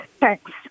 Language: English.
Thanks